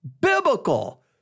biblical